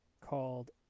called